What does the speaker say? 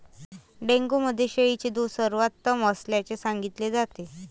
dengue मध्ये शेळीचे दूध सर्वोत्तम असल्याचे सांगितले जाते